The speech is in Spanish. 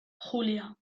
julia